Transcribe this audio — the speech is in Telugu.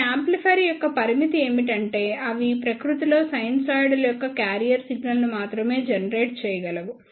ఈ యాంప్లిఫైయర్ యొక్క పరిమితి ఏమిటంటే అవి ప్రకృతిలో సైనూసోయిడల్ యొక్క క్యారియర్ సిగ్నల్ను మాత్రమే జెనరేట్ చేయగలవు